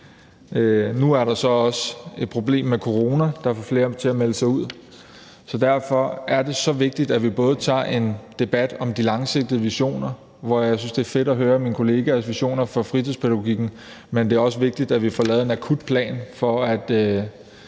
nu er der så også et problem med corona, der får flere til at melde sig ud, så derfor er det så vigtigt, at vi tager en debat om de langsigtede visioner, og jeg synes, det er fedt at høre mine kollegaers visioner for fritidspædagogikken, men det er også vigtigt, at vi får lavet en akut plan for at